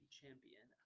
champion